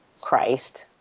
Christ